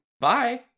Bye